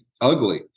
ugly